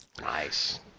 Nice